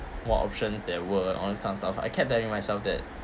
more options there were all these kind of stuff I kept telling myself that